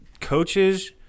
coaches